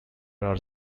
are